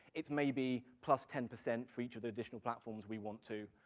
it's maybe plus ten percent for each of the additional platforms we want to,